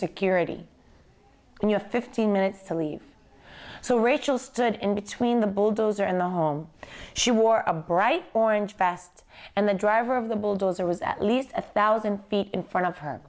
security and your fifteen minutes to leave so rachel stood in between the bulldozer in the home she wore a bright orange vest and the driver of the bulldozer was at least a thousand feet in front of her